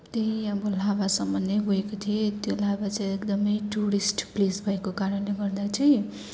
त्यहीँ अब लाभासम्म नै गएको थिएँ त्यो लाभा चाहिँ एकदमै टुरिस्ट प्लेस भएको कारणले गर्दा चाहिँ